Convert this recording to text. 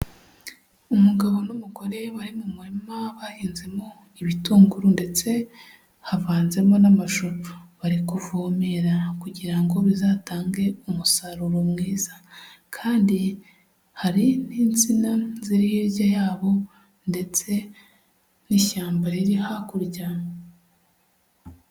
Umugabo n'umugore bari mu murima bahinzemo ibitunguru ndetse havanzemo n'amashu, bari kuvomera kugira ngo bizatange umusaruro mwiza kandi hari n'insina ziri hirya yabo, ndetse n'ishyamba riri hakurya.